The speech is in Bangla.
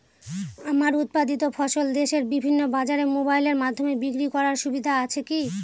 আমার উৎপাদিত ফসল দেশের বিভিন্ন বাজারে মোবাইলের মাধ্যমে বিক্রি করার সুবিধা আছে কি?